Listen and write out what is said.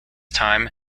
time